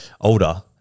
older